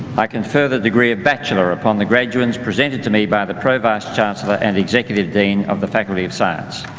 i confer the degree of bachelor upon the graduands presented to me by the pro-vice chancellor and executive dean of the faculty of science